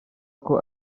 ako